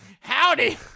howdy